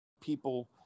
people